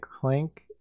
Clank